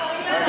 למה?